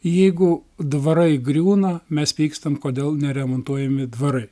jeigu dvarai griūna mes pykstam kodėl neremontuojami dvarai